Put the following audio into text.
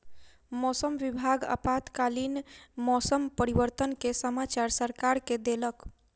मौसम विभाग आपातकालीन मौसम परिवर्तन के समाचार सरकार के देलक